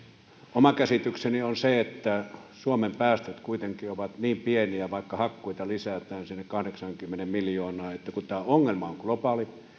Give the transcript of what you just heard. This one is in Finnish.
oma käsitykseni on se että suomen päästöt kuitenkin ovat niin pieniä vaikka hakkuita lisätään sinne kahdeksaankymmeneen miljoonaan ja kun tämä ongelma on globaali